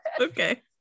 okay